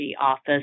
office